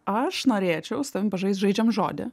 aš norėčiau su tavim pažaist žaidžiam žodį